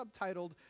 subtitled